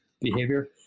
behavior